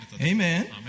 Amen